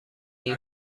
این